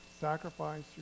sacrifice